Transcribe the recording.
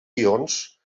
ions